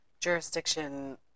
jurisdiction